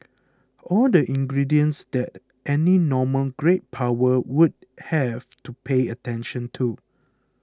all the ingredients that any normal great power would have to pay attention to